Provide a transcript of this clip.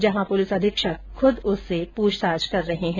जहां पुलिस अधीक्षक खूद उससे पूछताछ कर रहे है